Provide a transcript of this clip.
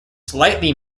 slightly